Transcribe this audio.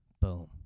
Boom